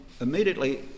immediately